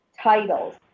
titles